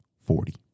Forty